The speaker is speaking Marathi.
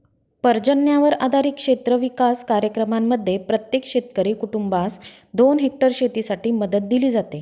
पर्जन्यावर आधारित क्षेत्र विकास कार्यक्रमांमध्ये प्रत्येक शेतकरी कुटुंबास दोन हेक्टर शेतीसाठी मदत दिली जाते